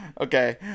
Okay